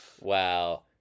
Wow